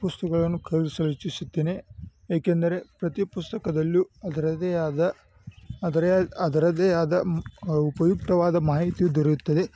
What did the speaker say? ಪುಸ್ತಕಗಳನ್ನು ಖರೀದಿಸಲು ಇಚ್ಛಿಸುತ್ತೇನೆ ಏಕೆಂದರೆ ಪ್ರತಿ ಪುಸ್ತಕದಲ್ಲು ಅದರದೇ ಆದ ಅದರೆ ಅದರದ್ದೇ ಆದ ಉಪಯುಕ್ತವಾದ ಮಾಹಿತಿ ದೊರೆಯುತ್ತದೆ